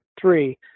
three